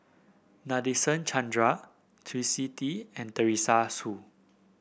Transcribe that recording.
Nadasen Chandra Twisstii and Teresa Hsu